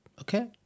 Okay